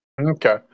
Okay